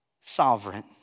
sovereign